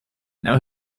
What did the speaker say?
now